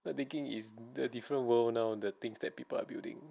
the thinking is the different world now the things that people are building